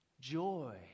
Joy